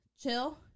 chill